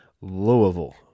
Louisville